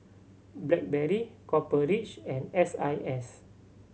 Blackberry Copper Ridge and S I S